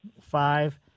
Five